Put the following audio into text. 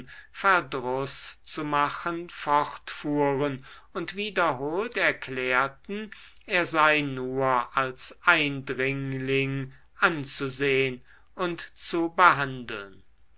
verdruß zu machen fortfuhren und wiederholt erklärten er sei nur als eindringling anzusehn und zu behandeln